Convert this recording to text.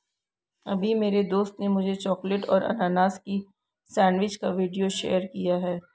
अभी मेरी दोस्त ने मुझे चॉकलेट और अनानास की सेंडविच का वीडियो शेयर किया है